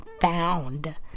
found